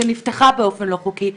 שנפתחה באופן לא חוקי,